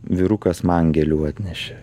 vyrukas man gėlių atnešė